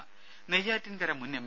ദേദ നെയ്യാറ്റിൻകര മുൻ എം